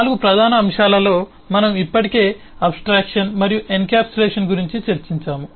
4 ప్రధాన అంశాలలో మనం ఇప్పటికే అబ్ స్ట్రాక్షన్ మరియు ఎన్కప్సులేషన్ గురించి చర్చించాము